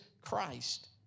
Christ